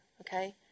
okay